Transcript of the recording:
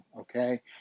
okay